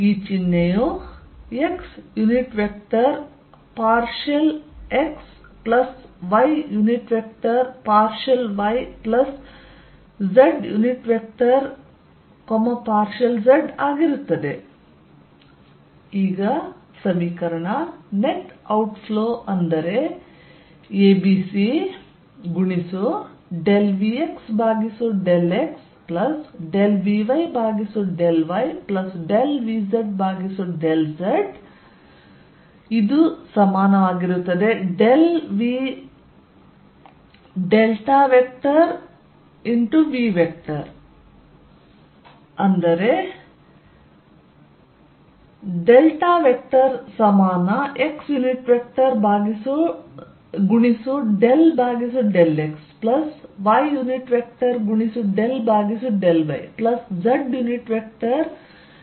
ಈ ಚಿಹ್ನೆಯು x unit vector partial x y unit vector partial y z unit vector partial z ಆಗಿರುತ್ತದೆ